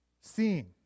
seeing